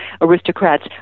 aristocrats